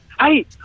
Hey